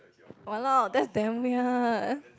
!walao! that's damn weird